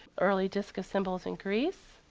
early discus symbols in greece,